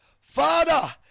Father